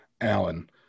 Allen